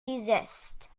desist